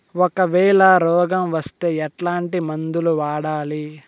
ఒకవేల రోగం వస్తే ఎట్లాంటి మందులు వాడాలి?